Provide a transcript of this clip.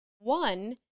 One